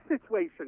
situation